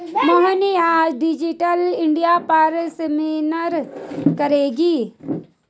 मोहिनी आज digital India पर seminar करेगी